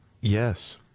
Yes